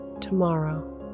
tomorrow